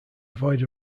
avoid